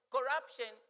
Corruption